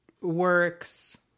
works